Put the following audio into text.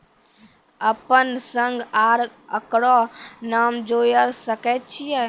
अपन संग आर ककरो नाम जोयर सकैत छी?